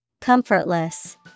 Comfortless